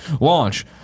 launch